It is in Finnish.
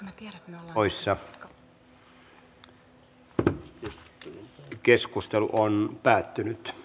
keskustelu päättyi ja asian käsittely keskeytettiin